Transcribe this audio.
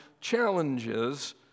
challenges